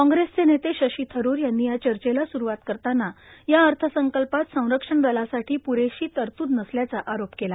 काँग्रेसचे नेते शशी थरूर यांनी या चर्चेला स्रुवात करताना या अर्थसंकल्पात संरक्षण लांसाठी प्रेशी तरतू नसल्याचा आरोप केला